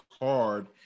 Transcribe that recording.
hard